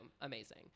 Amazing